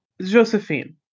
Josephine